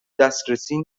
دسترسی